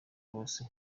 bose